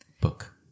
book